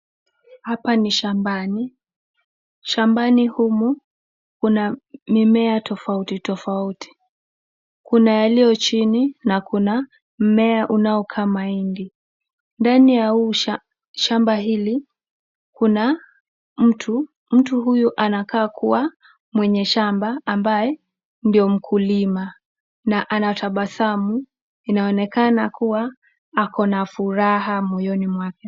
Hapa ni shambani, shambani humu kuna mimea tofauti tofauti. Kuna yaliyo chini na kuna mmea unaokaa mahindi. Ndani ya shamba hili kuna mtu, mtu huyu anakaa kuwa mwenye shamba ambaye ndio mkulima na anatabasamu inaonekana kuwa ako na furaha moyoni mwake.